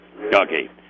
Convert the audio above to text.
Okay